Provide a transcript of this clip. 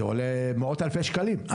זה עולה מאות אלפי שקלים.